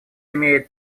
имеет